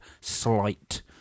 slight